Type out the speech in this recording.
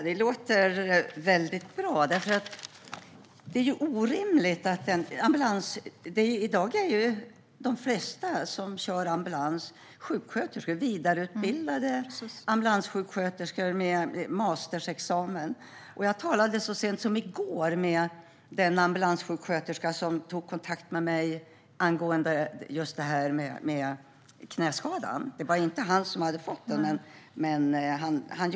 Herr talman! Det låter bra. De flesta som kör ambulans är vidareutbildade sjuksköterskor med masterexamen. Jag talade så sent som i går med den ambulanssjuksköterska som tog kontakt med mig angående knäskadan, även om det inte var han som hade fått den.